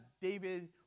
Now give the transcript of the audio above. David